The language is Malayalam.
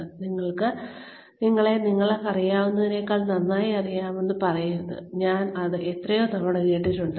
എനിക്ക് നിങ്ങളെ നിങ്ങൾക്കറിയാവുന്നതിനേക്കാൾ നന്നായി അറിയാമെന്ന് പറയരുത് ഞാൻ ഇത് എത്രയോ തവണ കേട്ടിട്ടുണ്ട്